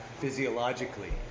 physiologically